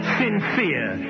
sincere